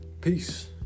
peace